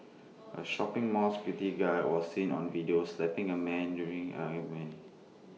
A shopping mall security guard was seen on video slapping A man's during an argument